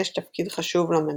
יש תפקיד חשוב למדורות,